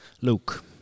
Luke